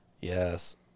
Yes